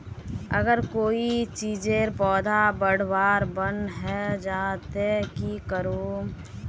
अगर कोई चीजेर पौधा बढ़वार बन है जहा ते की करूम?